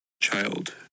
child